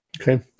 okay